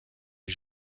les